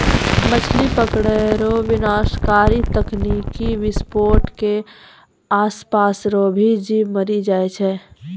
मछली पकड़ै रो विनाशकारी तकनीकी विसफोट से आसपास रो भी जीब मरी जाय छै